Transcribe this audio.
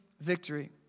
victory